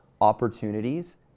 opportunities